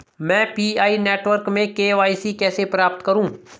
मैं PI network में KYC कैसे प्राप्त करूँ?